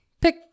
Pick